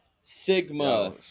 Sigma